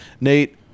Nate